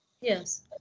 Yes